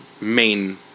main